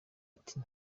ati